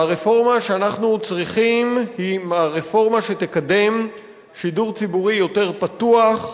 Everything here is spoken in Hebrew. והרפורמה שאנחנו צריכים היא הרפורמה שתקדם שידור ציבורי יותר פתוח,